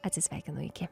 atsisveikinu iki